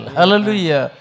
Hallelujah